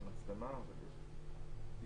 אדוני